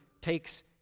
takes